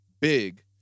big